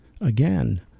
again